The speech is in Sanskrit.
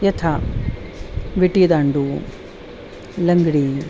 यथा विटीदाण्डु लङ्गडी